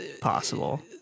possible